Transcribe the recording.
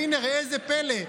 והינה ראה זה פלא,